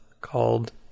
called